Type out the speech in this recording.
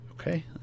Okay